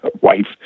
wife